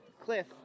Cliff